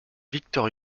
victor